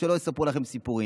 ושלא יספרו לכם סיפורים.